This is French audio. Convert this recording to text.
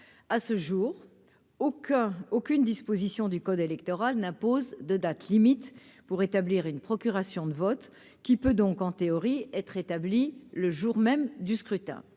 aucun, aucune disposition du code électoral n'impose de date limite pour établir une procuration de vote qui peut donc en théorie être établi le jour même du scrutin,